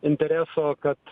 intereso kad